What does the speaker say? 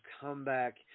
comeback